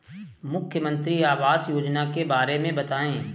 मुख्यमंत्री आवास योजना के बारे में बताए?